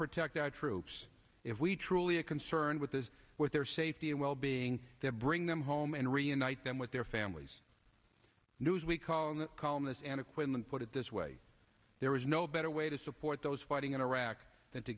protect our troops if we truly a concern with this with their safety and well being that bring them home and reunite them with their families news we call on calmness and equipment put it this way there is no better way to support those fighting in iraq than t